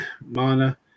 mana